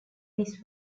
this